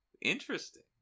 Interesting